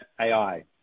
AI